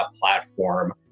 platform